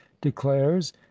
declares